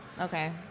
okay